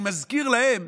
אני מזכיר להם